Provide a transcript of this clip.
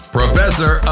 professor